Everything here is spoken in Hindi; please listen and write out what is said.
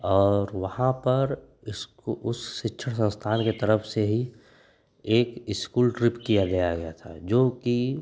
और वहाँ पर इसकु उस शिक्षण संस्थान की तरफ़ से ही एक इस्कूल ट्रिप किया किया गया था जोकि